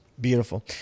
beautiful